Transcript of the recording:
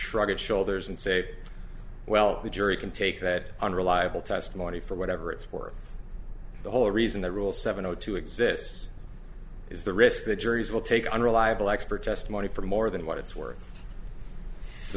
shrug his shoulders and say well the jury can take that unreliable testimony for whatever it's worth the whole reason the rule seven o two exists is the risk that juries will take unreliable expert testimony for more than what it's worth the